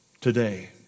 today